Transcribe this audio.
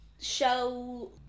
show